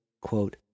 quote